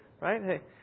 right